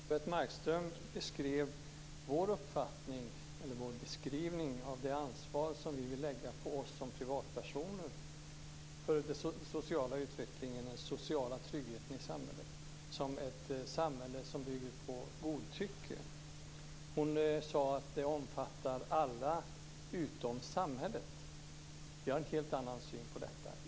Fru talman! Elisebeht Markström beskrev vår uppfattning av det ansvar vi vill lägga på oss som privatpersoner för den sociala utvecklingen och tryggheten i samhället som ett samhälle som bygger på godtycke. Hon sade att det omfattar alla utom samhället. Vi har en helt annan syn på detta.